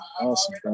Awesome